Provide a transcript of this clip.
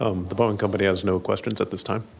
um the boeing company has no questions at this time.